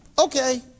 okay